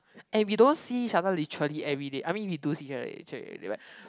and we don't see each other literally everyday I mean we do see each other actually but